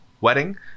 wedding